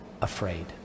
afraid